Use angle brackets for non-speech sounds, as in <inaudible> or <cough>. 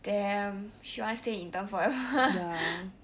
damn she want stay intern forever <laughs>